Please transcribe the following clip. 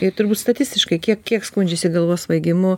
tai turbūt statistiškai kiek kiek skundžiasi galvos svaigimu